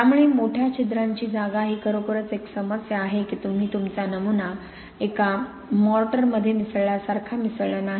त्यामुळे मोठ्या छिद्रांची जागा ही खरोखरच एक समस्या आहे की तुम्ही तुमचा नमुना एका मॉर्टर मध्ये मिसळल्यासारखा मिसळला नाही